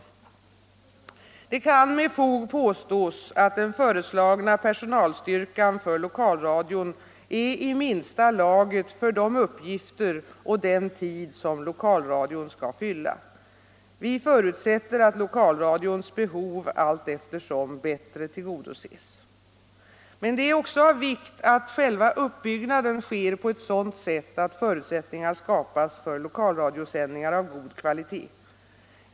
Det kan med fog påstås att den föreslagna personalstyrkan för lokalradion är i minsta laget för de uppgifter och den tid som lokalradion skall fylla. Vi förutsätter att lokalradions behov successivt bättre tillgodoses. Men det är också av vikt att själva uppbyggnaden sker på ett sådant sätt att förutsättningar skapas för lokalradiosändningar av god kvalitet.